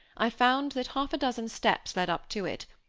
i found that half-a-dozen steps led up to it,